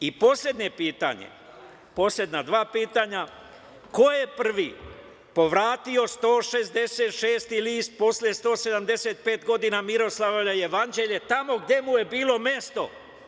I poslednje pitanje, poslednja dva pitanja: ko je prvi povratio 166. list posle 175. godina Miroslavljevo jevanđelje tamo gde mu je bilo mesto?